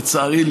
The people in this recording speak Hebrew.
לצערי,